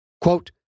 Quote